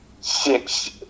six